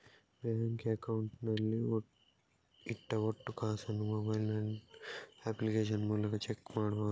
Bank account ನಲ್ಲಿ ಇಟ್ಟ ಒಟ್ಟು ಕಾಸನ್ನು ಮೊಬೈಲ್ ನಲ್ಲಿ ಅಪ್ಲಿಕೇಶನ್ ಮೂಲಕ ಚೆಕ್ ಮಾಡಬಹುದಾ?